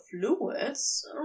fluids